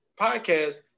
podcast